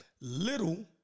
Little